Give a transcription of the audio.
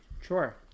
Sure